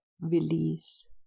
release